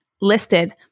listed